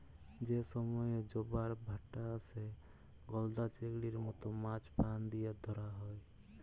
যে সময়ে জবার ভাঁটা আসে, গলদা চিংড়ির মত মাছ ফাঁদ দিয়া ধ্যরা হ্যয়